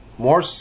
More